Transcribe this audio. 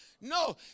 No